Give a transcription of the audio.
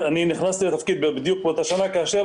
נכנסתי לתפקיד בדיוק באותה שנה כאשר